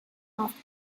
off